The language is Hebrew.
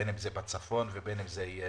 בין אם זה בצפון ובין אם זה בדרום.